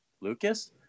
Lucas